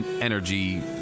energy